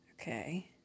okay